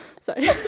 Sorry